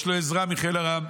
יש לו עזרה מחיל ארם.